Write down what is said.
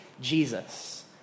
Jesus